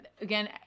Again